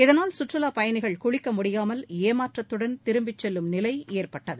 இதனால் கற்றுலாப் பயணிகள் குளிக்க முடியாமல் ஏமாற்றத்துடன் திரும்பிச் செல்லும் நிலை ஏற்பட்டது